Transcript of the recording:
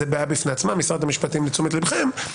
זה בעיה בפני עצמה משרד המשפטים לתשומת לבכם.